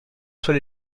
soit